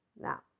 Now